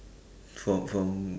from from